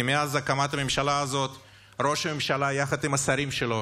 כי מאז הקמת הממשלה הזאת ראש הממשלה יחד עם השרים שלו